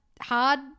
hard